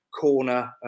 corner